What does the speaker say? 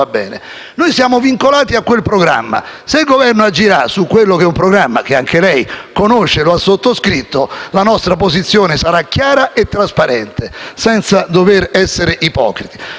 Noi siamo vincolati a quel programma: se il Governo agirà su quello che è un programma che anche lei, Ministro, conosce e ha sottoscritto, la nostra posizione sarà chiara e trasparente, senza dover essere ipocriti.